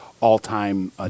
all-time